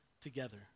together